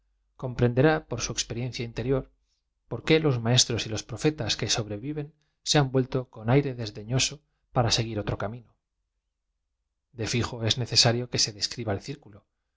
comprenderá por su experiencia interior p o r qué los maestros y los profetas que sobreviven se han vuelto con aire desdeñoso para seguir otro camino d e íljo ee necesario que se describa el